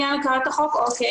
החוק.